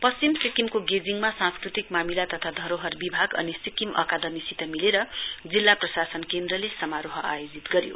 पश्चिम सिक्किको गेजिङमा सांस्कृतिक मामिला तथा धरोहर विभाग अनि सिक्किम अकादमीसित मिलेर जिल्ला प्रशासन केन्द्रले समारोह आयोजित गरयो